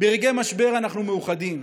ברגעי משבר אנחנו מאוחדים.